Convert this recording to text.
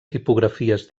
tipografies